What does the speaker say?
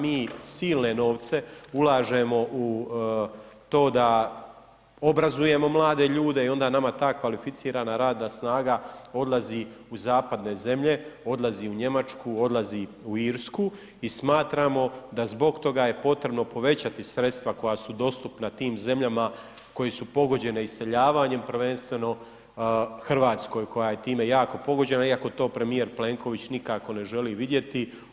Mi silne novce ulažemo u to da obrazujemo mlade ljude i onda nama ta kvalificirana radna snaga odlazi u zapadne zemlje, odlazi u Njemačku, odlazi u Irsku i smatramo da zbog toga je potrebno povećati sredstava koja su dostupna tim zemljama koje su pogođene iseljavanjem prvenstveno Hrvatskoj koja je time jako pogođena iako to premijer Plenković nikako ne želi vidjeti.